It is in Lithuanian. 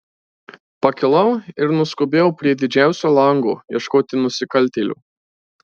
pakilau ir nuskubėjau prie didžiausio lango ieškoti nusikaltėlio